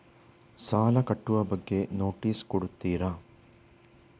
ಸಾಲ ಕಟ್ಟುವ ಬಗ್ಗೆ ನೋಟಿಸ್ ಕೊಡುತ್ತೀರ?